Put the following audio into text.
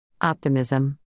Optimism